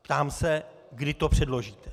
Ptám se, kdy to předložíte.